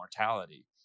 mortality